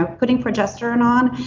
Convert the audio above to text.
ah putting progesterone on,